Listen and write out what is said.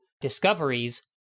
discoveries